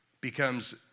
becomes